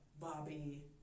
Bobby